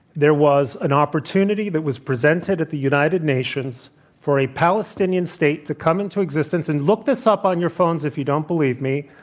there was an opportunity that was presented at the united nations for a palestinian state to come into existence and look this up on your phones if you don't believe me.